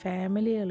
Family